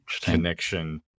connection